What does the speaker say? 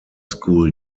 school